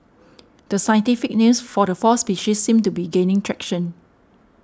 the scientific names for the four species seem to be gaining traction